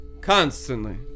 constantly